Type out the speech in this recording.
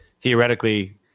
theoretically